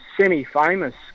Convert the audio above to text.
semi-famous